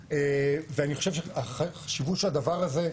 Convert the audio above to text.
ואני חושב שהחשיבות של הדבר הזה,